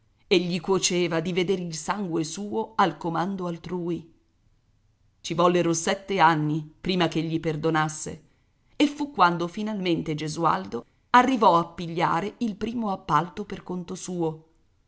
e gli cuoceva di vedere il sangue suo al comando altrui ci vollero sette anni prima che gli perdonasse e fu quando finalmente gesualdo arrivò a pigliare il primo appalto per conto suo